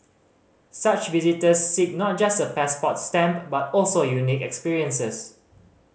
such visitors seek not just a passport stamp but also unique experiences